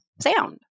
sound